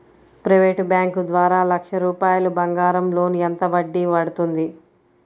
Private bank ద్వారా లక్ష రూపాయలు బంగారం లోన్ ఎంత వడ్డీ పడుతుంది?